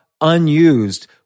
unused